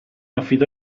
affidò